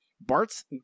Bart's